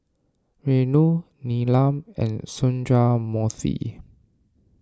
Renu Neelam and Sundramoorthy